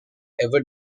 ever